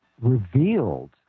revealed